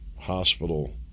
hospital